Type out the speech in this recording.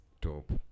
top